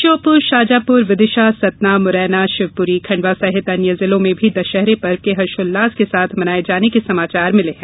श्योपूर शाजापूर विदिशा धार खरगोन सतना मुरैना शिवपुरी खंडवा साहित अन्य जिलों में भी दशहरे पर्व के हर्षोल्लास के साथ मनाये जाने के समाचार मिले हैं